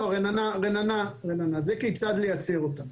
לא, רננה, זה כיצד לייצר אותם.